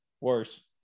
Worse